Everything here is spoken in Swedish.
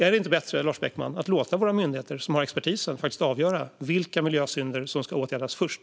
Är det inte bättre att låta våra myndigheter, som har expertisen, avgöra vilka miljösynder som ska åtgärdas först?